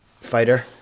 fighter